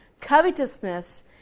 Covetousness